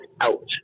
out